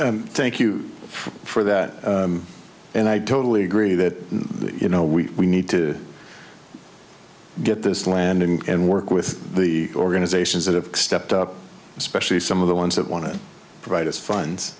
forward thank you for that and i totally agree that you know we need to get this land and work with the organizations that have stepped up especially some of the ones that want to provide us funds